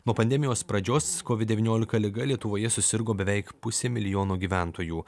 nuo pandemijos pradžios kovid devyniolika liga lietuvoje susirgo beveik pusė milijono gyventojų